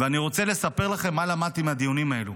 ואני רוצה לספר לכם מה למדתי מהדיונים האלו,